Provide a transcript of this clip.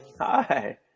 Hi